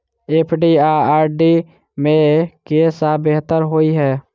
FD आ RD मे केँ सा बेहतर होइ है?